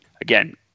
Again